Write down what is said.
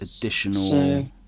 additional